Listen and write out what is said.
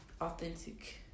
authentic